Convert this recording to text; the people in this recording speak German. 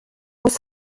muss